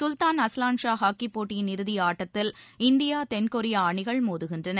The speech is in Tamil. சுல்தான் அஸ்லான்ஷா ஹாக்கி போட்டியின் இறுதியாட்டத்தில் இந்தியா தென்கொரியா அணிகள் மோதுகின்றன